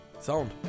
sound